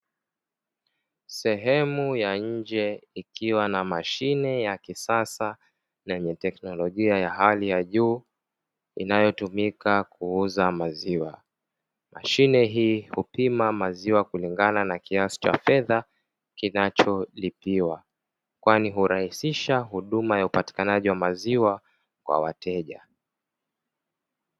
Sehemu ya nje ikiwa na mashine ya kisasa na yenye teknolojia ya hali ya juu inayotumika kuuza maziwa. Mashie hii hupima maziwa kulingana na kiasi cha fedha kinacholipiwa, kwani hurahisisha huduma ya upatikanaji wa maziwa kwa wateja.